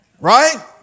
right